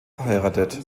verheiratet